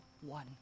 one